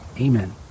Amen